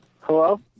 Hello